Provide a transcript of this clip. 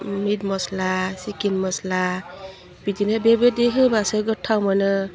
मिट masala chicken masala बिदिनो बेबायदि होबासो गोथाव मोनो